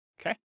Okay